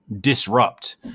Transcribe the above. disrupt